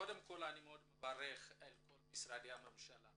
קודם כל אני מאוד מברך את כל משרדי הממשלה